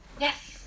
Yes